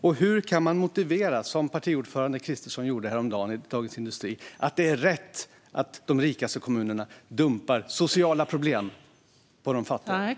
Och hur kan man, som partiordförande Kristersson gjorde häromdagen i Dagens industri, motivera att det är rätt att de rikaste kommunerna dumpar sociala problem på de fattiga?